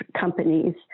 companies